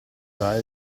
fare